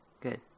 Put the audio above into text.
good